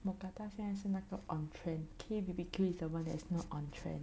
mookata 现在是那个 on trend K B_B_Q is the one that is not on trend